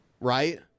right